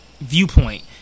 viewpoint